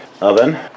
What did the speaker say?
oven